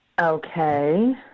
Okay